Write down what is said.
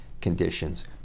conditions